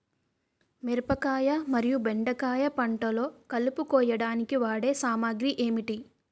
మిరపకాయ మరియు బెండకాయ పంటలో కలుపు కోయడానికి వాడే సామాగ్రి ఏమిటి?